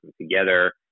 together